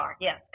yes